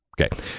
Okay